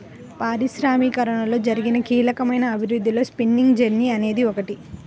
పారిశ్రామికీకరణలో జరిగిన కీలకమైన అభివృద్ధిలో స్పిన్నింగ్ జెన్నీ అనేది ఒకటి